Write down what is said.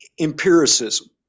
empiricism